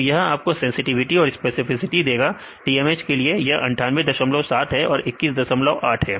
तो तो यह आपको सेंसटिविटी और स्पेसिफिसिटी देगा TMH के लिए यह 987 है और 918 है